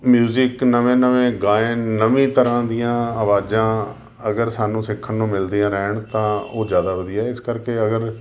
music ਨਵੇਂ ਨਵੇਂ ਗਾਇਨ ਨਵੀਂ ਤਰ੍ਹਾਂ ਦੀਆਂ ਆਵਾਜ਼ਾਂ ਅਗਰ ਸਾਨੂੰ ਸਿੱਖਣ ਨੂੰ ਮਿਲਦੀਆਂ ਰਹਿਣ ਤਾਂ ਉਹ ਜ਼ਿਆਦਾ ਵਧੀਆ ਇਸ ਕਰਕੇ ਅਗਰ